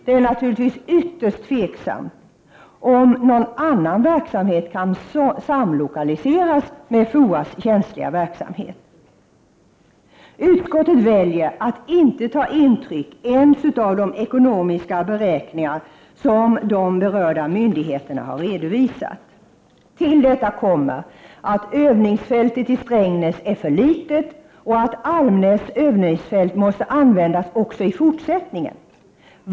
Det är naturligtvis ytterst tveksamt om någon annan verksamhet kan samlokaliseras med FOA:s känsliga verksamhet. Utskottet väljer att inte ta intryck ens av de ekonomiska beräkningar som de berörda myndigheterna har redovisat. Till detta kommer att övningsfältet i Strängnäs är för litet och att Almnäs övningsfält måste användas också i fortsättningen.